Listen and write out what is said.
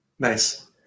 Nice